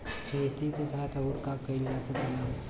खेती के साथ अउर का कइल जा सकेला?